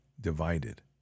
divided